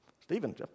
Stephen